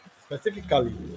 specifically